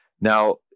now